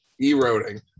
Eroding